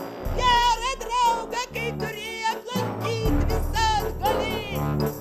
gerą draugą kai turi aplankyt visas gali